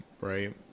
right